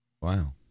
Wow